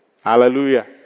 Hallelujah